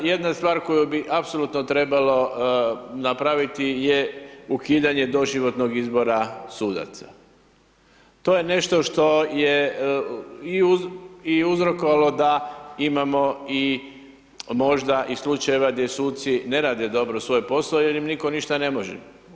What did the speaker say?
Po jedna stvar, jedna stvar koju bi apsolutno trebalo napraviti je ukidanje doživotnog izbora sudaca, to je nešto što je i uzrokovalo da imamo i možda i slučajeva gdje suci ne rade dobro svoj posao jer im nitko ništa ne može.